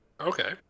Okay